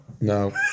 no